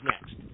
next